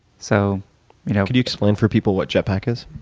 so you know can you explain for people what jetpack is?